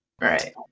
right